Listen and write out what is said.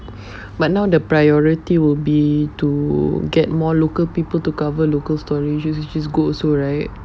but now the priority will be to get more local people to cover local storage is just good also right you know cause like and and and just doing things internationally